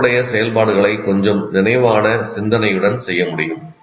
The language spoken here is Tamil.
தொடர்புடைய செயல்பாடுகளை கொஞ்சம் நினைவான சிந்தனையுடன் செய்ய முடியும்